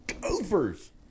Gophers